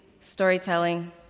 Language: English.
storytelling